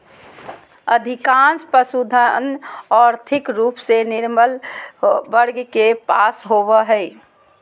अधिकांश पशुधन, और्थिक रूप से निर्बल वर्ग के पास होबो हइ